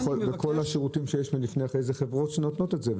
וכל השירותים שיש ולפני איזה חברות שנותנות את זה.